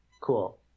cool